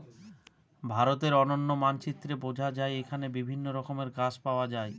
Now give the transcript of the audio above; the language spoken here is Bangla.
ভারতের অনন্য মানচিত্রে বোঝা যায় এখানে বিভিন্ন রকমের গাছ পাওয়া যায়